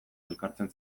elkartzen